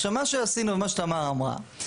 עכשיו, מה שעשינו, מה שתמר אמרה,